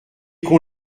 qu’on